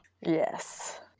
Yes